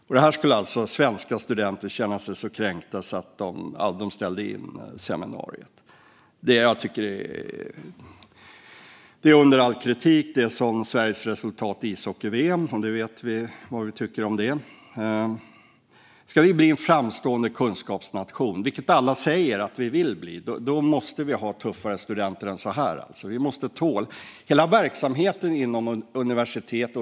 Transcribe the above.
Och det här skulle alltså svenska studenter känna sig så kränkta av att universitetet ställde in seminariet! Jag tycker att det är under all kritik. Det är som Sveriges resultat i ishockey-VM, och det vet vi vad vi tycker om. Om Sverige ska bli en framstående kunskapsnation, vilket vi alla säger att vi vill, måste vi ha tuffare studenter än så här. Det handlar om hela verksamheten inom universiteten.